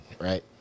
right